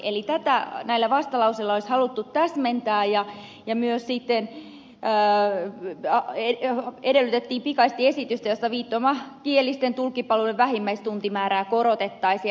tätä näillä vastalauseilla olisi haluttu täsmentää ja myös sitten edellytettiin pikaisesti esitystä jossa viittomakielisten tulkkipalveluiden vähimmäistuntimäärää korotettaisiin